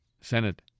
Senate